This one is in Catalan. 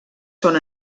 són